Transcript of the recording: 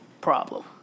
problem